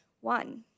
one